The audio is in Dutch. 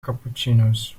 cappuccino’s